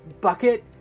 bucket